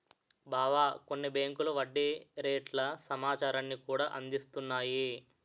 బావా కొన్ని బేంకులు వడ్డీ రేట్ల సమాచారాన్ని కూడా అందిస్తున్నాయి